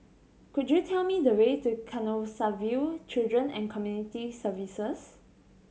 could you tell me the way to Canossaville Children and Community Services